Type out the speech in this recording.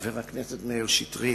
חבר הכנסת מאיר שטרית,